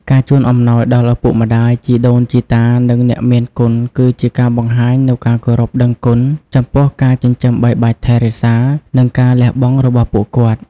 ការជូនអំណោយដល់ឪពុកម្តាយ ជីដូនជីតា និងអ្នកមានគុណគឺជាការបង្ហាញនូវការគោរពដឹងគុណចំពោះការចិញ្ចឹមបីបាច់ថែរក្សា និងការលះបង់របស់ពួកគាត់។